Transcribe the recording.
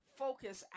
focus